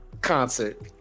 concert